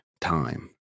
time